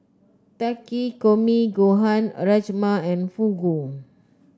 Takikomi Gohan Rajma and Fugu